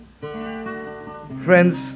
Friends